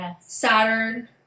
Saturn